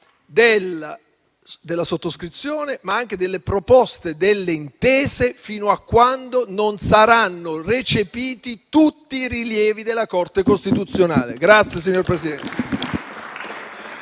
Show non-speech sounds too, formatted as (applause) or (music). della sottoscrizione, ma anche della proposta delle intese, fino a quando non saranno recepiti tutti i rilievi della Corte costituzionale. (applause)